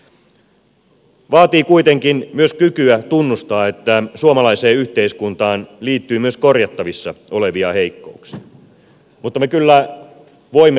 se vaatii kuitenkin myös kykyä tunnustaa että suomalaiseen yhteiskuntaan liittyy myös korjattavissa olevia heikkouksia mutta me kyllä voimme löytää ratkaisuja